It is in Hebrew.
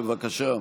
בבקשה.